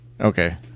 Okay